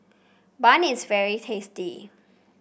bun is very tasty